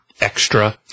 Extra